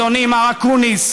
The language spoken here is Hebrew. אדוני מר אקוניס,